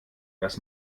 dass